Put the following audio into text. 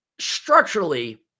structurally